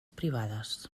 privades